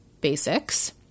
basics